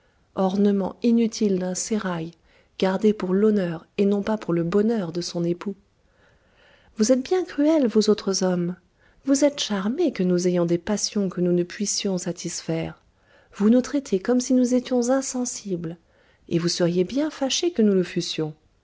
ornement inutile d'un sérail gardée pour l'honneur et non pas pour le bonheur de son époux vous êtes bien cruels vous autres hommes vous êtes charmés que nous ayons des passions que nous ne puissions satisfaire vous nous traitez comme si nous étions insensibles et vous seriez bien fâchés que nous le fussions